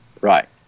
Right